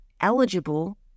eligible